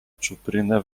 czupryna